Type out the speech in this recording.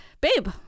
babe